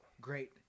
Great